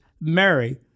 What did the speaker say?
Mary